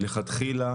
מלכתחילה